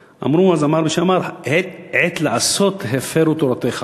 אמרו, אז אמר מי שאמר: עת לעשות, הפרו תורתך.